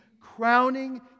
crowning